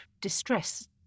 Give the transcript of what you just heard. distress